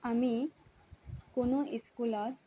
আমি কোনো স্কুলত